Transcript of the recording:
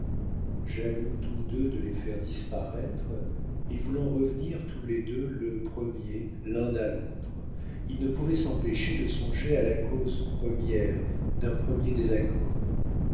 tous deux de les faire disparaître et voulant revenir tous les deux le premier l'un à l'autre ils ne pouvaient s'empêcher de songer à la cause première d'un premier désaccord